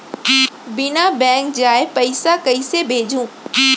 बिना बैंक जाए पइसा कइसे भेजहूँ?